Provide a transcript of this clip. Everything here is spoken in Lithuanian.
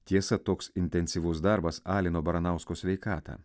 tiesa toks intensyvus darbas alino baranausko sveikatą